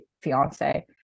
fiance